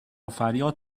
فریاد